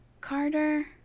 Carter